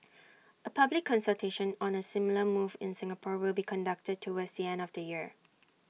A public consultation on A similar move in Singapore will be conducted towards the end of the year